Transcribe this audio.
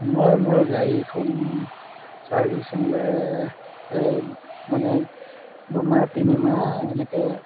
মই মোৰ গাড়ীখন ছাৰ্ভিচিঙলৈ প্ৰায় মানে দুমাহ তিনিমাহ এনেকৈ